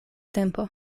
tempo